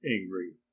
angry